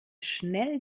schnell